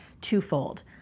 twofold